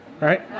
Right